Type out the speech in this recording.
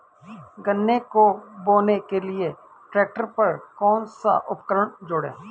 गन्ने को बोने के लिये ट्रैक्टर पर कौन सा उपकरण जोड़ें?